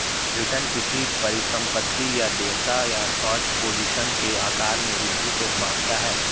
return किसी परिसंपत्ति या देयता या शॉर्ट पोजीशन के आकार में वृद्धि को मापता है